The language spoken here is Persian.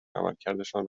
عملکردشان